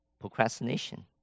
procrastination